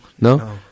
No